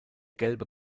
gelbe